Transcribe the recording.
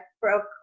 broke